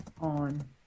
on